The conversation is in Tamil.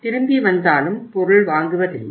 அவர்கள் திரும்பி வந்தாலும் பொருள் வாங்குவதில்லை